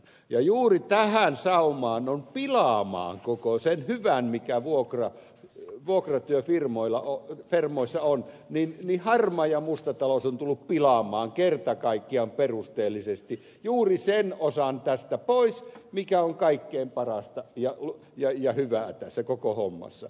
ja juuri tähän saumaan pilaamaan koko sen hyvän mikä vuokratyöfirmoissa on on harmaa ja musta talous tullut pilaamaan kerta kaikkiaan perusteellisesti juuri sen osan tästä pois mikä on kaikkein parasta ja hyvää tässä koko hommassa